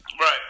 Right